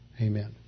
Amen